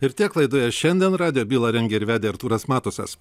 ir tiek laidoje šiandien radijo bylą rengė ir vedė artūras matusas